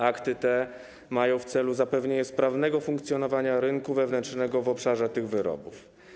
Akty te mają na celu zapewnienie sprawnego funkcjonowania rynku wewnętrznego w obszarze tych wyrobów.